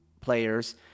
players